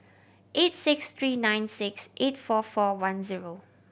eight six tree nine six eight four four one zero